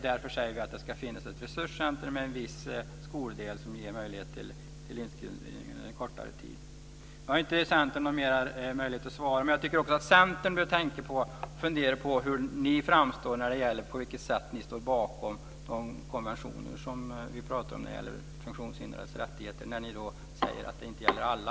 Därför säger vi att det ska finnas ett resurscentrum med en viss skoldel som ger möjlighet till inskrivning under en kortare tid. Nu har inte Centern någon mer möjlighet att svara, men jag tycker också att Centern bör fundera på hur ni framstår och om ni står bakom de konventioner som vi pratar om när det gäller funktionshindrades rättigheter. Ni säger ju att det inte gäller alla.